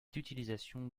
d’utilisation